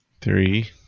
three